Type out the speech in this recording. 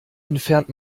entfernt